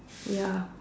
ya